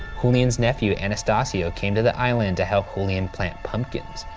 julian's nephew anastasio, came to the island to help julian plant pumpkins.